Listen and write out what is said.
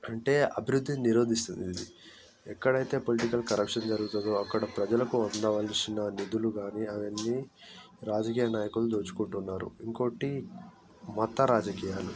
అంటే అభివృద్ధిని నిరోధిస్తుంది ఇది ఎక్కడైతే పొలిటికల్ కరప్షన్ జరుగుతుందో అక్కడ ప్రజలకు కావలసిన నిధులు కానీ అవన్నీ రాజకీయ నాయకులు దోచుకుంటున్నారు ఇంకోటి మత రాజకీయాలు